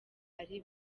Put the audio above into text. ari